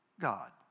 God